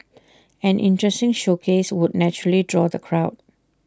an interesting showcase would naturally draw the crowd